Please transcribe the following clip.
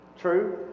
True